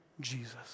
Jesus